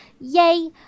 yay